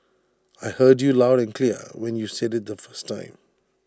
I heard you loud and clear when you said IT the first time